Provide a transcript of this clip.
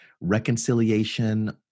reconciliation